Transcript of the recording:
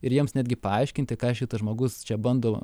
ir jiems netgi paaiškinti ką šitas žmogus čia bando